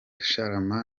sharama